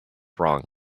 wrong